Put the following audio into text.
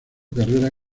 carrera